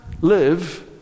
live